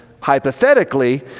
hypothetically